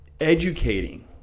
Educating